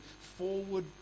forward